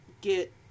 get